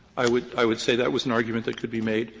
i would i would say that was an argument that could be made.